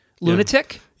lunatic